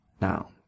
Now